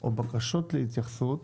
או בקשות להתייחסות